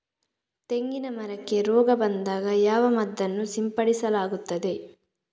ತೆಂಗಿನ ಮರಕ್ಕೆ ರೋಗ ಬಂದಾಗ ಯಾವ ಮದ್ದನ್ನು ಸಿಂಪಡಿಸಲಾಗುತ್ತದೆ?